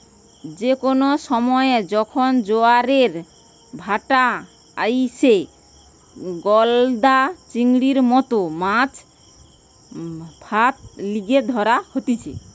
যে কোনো সময়ে যখন জোয়ারের ভাঁটা আইসে, গলদা চিংড়ির মতো মাছ ফাঁদ লিয়ে ধরা হতিছে